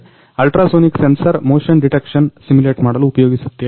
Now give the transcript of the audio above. ultra Sonic sensor motion detection simulate ಮಾಡಲು ಉಪಯೋಗಿಸುತ್ತೇವೆ